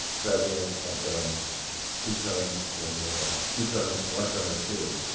president had done two terms or more two terms one term or two,